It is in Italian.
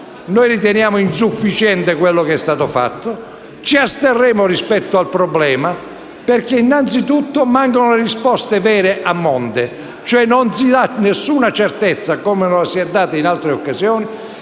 Noi riteniamo insufficiente quello che è stato fatto e ci asterremo rispetto al problema, perché innanzitutto mancano le risposte vere a monte. Non si dà alcuna certezza, come non la si è data in altre occasioni,